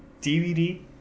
DVD